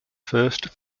first